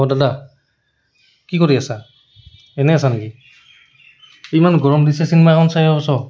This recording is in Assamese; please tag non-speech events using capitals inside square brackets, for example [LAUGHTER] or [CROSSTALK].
অঁ দাদা কি কৰি আছা এনেই আছা নেকি ইমান গৰম দিছে চিনেমাখন [UNINTELLIGIBLE]